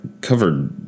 covered